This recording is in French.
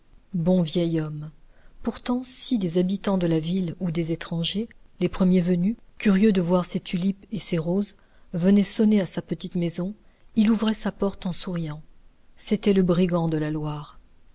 bon vieux homme pourtant si des habitants de la ville ou des étrangers les premiers venus curieux de voir ses tulipes et ses roses venaient sonner à sa petite maison il ouvrait sa porte en souriant c'était le brigand de la loire